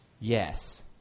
Yes